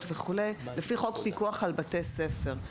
וכו' - לפי חוק פיקוח על בתי ספר,